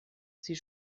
sie